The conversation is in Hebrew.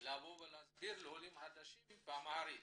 לבוא ולהסביר לעולים החדשים באמהרית,